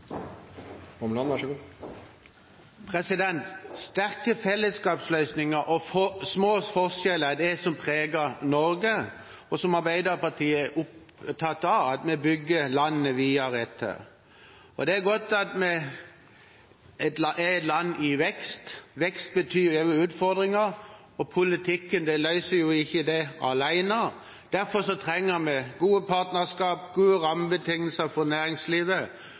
det som preger Norge, og det som Arbeiderpartiet er opptatt av at vi bygger landet videre etter. Det er godt at vi er et land i vekst. Vekst betyr òg utfordringer, og dem løser jo ikke politikken alene. Derfor trenger vi gode partnerskap, gode rammebetingelser for næringslivet,